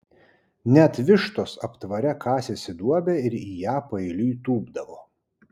net vištos aptvare kasėsi duobę ir į ją paeiliui tūpdavo